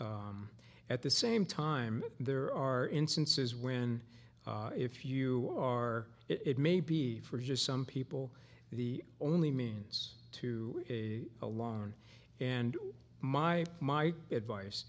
at the same time there are instances when if you are it may be for just some people the only means to a alone and my my advice